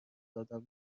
آدم